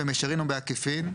במישרין או בעקיפין,